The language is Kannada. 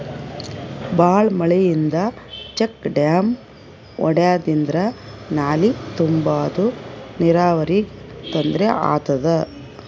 ಭಾಳ್ ಮಳಿಯಿಂದ ಚೆಕ್ ಡ್ಯಾಮ್ ಒಡ್ಯಾದ್ರಿಂದ ನಾಲಿ ತುಂಬಾದು ನೀರಾವರಿಗ್ ತೊಂದ್ರೆ ಆತದ